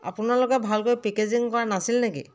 আপোনালোকে ভালকৈ পেকেজিং কৰা নাছিল নেকি